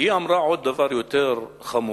מה שמקומם, שהיא אמרה עוד דבר יותר חמור,